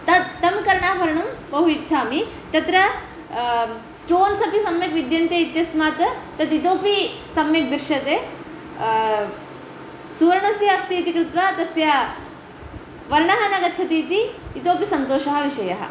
तत् तं कर्णाभरणं बहु इच्छामि तत्र स्टोन्स् अपि सम्यक् विद्यन्ते इत्यस्मात् तत् इतोपि सम्यक् दृश्यते सुवर्णस्य अस्ति इति कृत्वा तस्य वर्णः न गच्छति इति इतोपि सन्तोषः विषयः